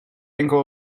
enkel